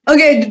Okay